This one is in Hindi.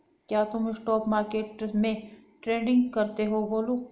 क्या तुम स्पॉट मार्केट में ट्रेडिंग करते हो गोलू?